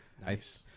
Nice